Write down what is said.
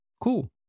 Cool